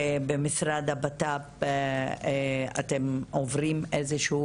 שבמשרד הבט"פ אתם עוברים איזושהי